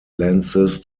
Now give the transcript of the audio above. lenses